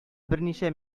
берничә